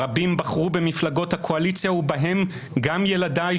רבים בחרו במפלגות הקואליציה ובהם גם ילדיי